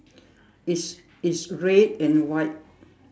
is is red and white